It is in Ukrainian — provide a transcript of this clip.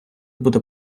буде